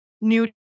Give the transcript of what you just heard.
new